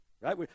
Right